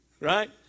right